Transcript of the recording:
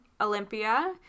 Olympia